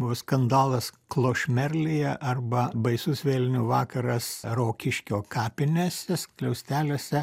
buvo skandalas klošmerlėje arba baisus vėlinių vakaras rokiškio kapinėse skliausteliuose